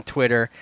Twitter